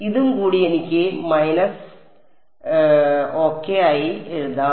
ഇതും കൂടി എനിക്ക് മൈനസ് ഓകെ ആയി എഴുതാം